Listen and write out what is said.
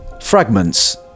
fragments